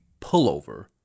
pullover